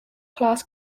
class